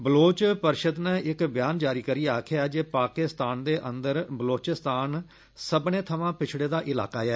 बलूच परिषद नै इक बयान जारी करियै आक्खेआ ऐ जे पाकिस्तान दे अंददर बलुचिस्तान सब्बने थवां पिछड़े दा इलाका ऐ